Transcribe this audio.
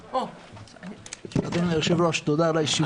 אדוני היושב-ראש, תודה על הישיבה.